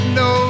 no